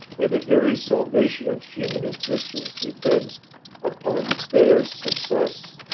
where the very salvation of human existence depends upon their success.